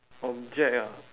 object ah